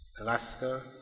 Alaska